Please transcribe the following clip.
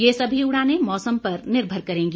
ये सभी उड़ाने मौसम पर निर्भर करेंगी